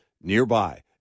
nearby